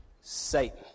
Satan